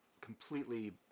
completely